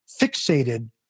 fixated